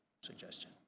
suggestion